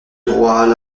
droit